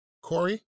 Corey